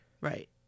right